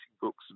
books